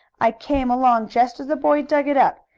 i came along just as the boy dug it up.